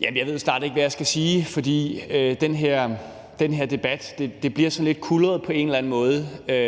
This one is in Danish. jeg ved snart ikke, hvad jeg skal sige, for det bliver i den her debat på en eller anden måde sådan lidt